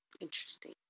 Interesting